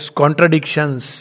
contradictions